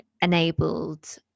enabled